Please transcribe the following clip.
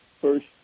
first